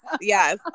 Yes